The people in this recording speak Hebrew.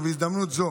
בהזדמנות זו